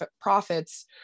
profits